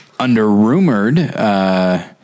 under-rumored